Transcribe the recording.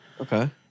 Okay